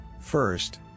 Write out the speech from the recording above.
First